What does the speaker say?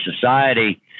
society